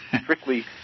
strictly